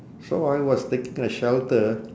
so I was taking a shelter